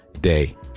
day